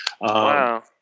Wow